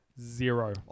Zero